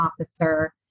Officer